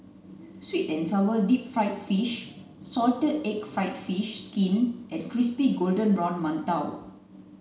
sweet and sour deep fried fish salted egg fried fish skin and crispy golden brown Mantou